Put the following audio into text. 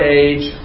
age